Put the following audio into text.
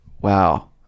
Wow